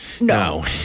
No